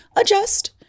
adjust